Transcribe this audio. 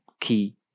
key